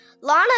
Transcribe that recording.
Lana